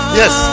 yes